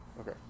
okay